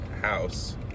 house